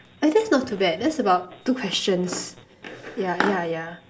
oh that's not too bad that's about two questions yeah yeah yeah